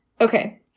Okay